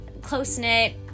close-knit